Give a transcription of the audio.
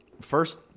first